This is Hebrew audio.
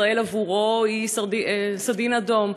ישראל עבורו היא סדין אדום.